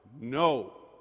no